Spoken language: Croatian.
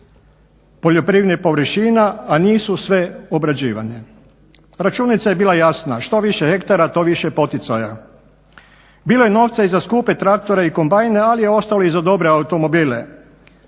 poljoprivrednih površina, a nisu sve obrađivane. Računica je bila jasna, što više hektara to više poticaja. Bilo je novca i za skupe traktore i kombajne, ali je ostalo i za dobre automobile.